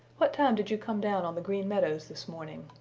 what time did you come down on the green meadows this morning?